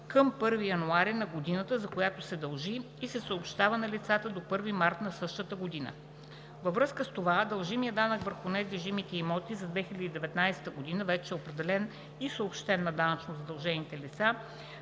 към 1 януари на годината, за която се дължи, и се съобщава на лицата до 1 март на същата година. Във връзка с това дължимият данък върху недвижимите имоти за 2019 г. вече е определен и съобщен на данъчно задължените лица,